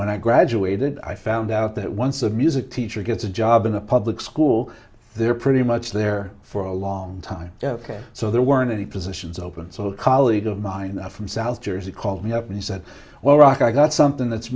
when i graduated i found out that once a music teacher gets a job in a public school they're pretty much there for a long time ok so there weren't any positions open so a colleague of mine from south jersey called me up and he said well rock i got something that's